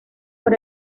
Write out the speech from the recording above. por